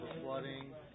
flooding